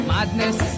Madness